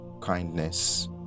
kindness